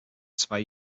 zwei